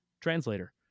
translator